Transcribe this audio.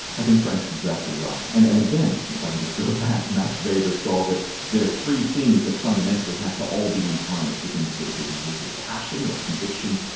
i think frank's exactly right, and and again, if i can just go back, max weber saw that there are three things that fundamentally have to all be in harness within political behaviour. passion, or conviction,